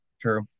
true